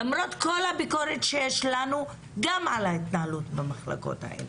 למרות כל הביקורת שיש לנו גם על ההתנהלות במחלקות האלה.